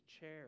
chair